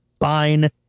fine